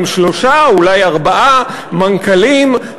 עם שלושה או אולי ארבעה מנכ"לים.